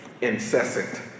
incessant